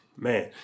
Man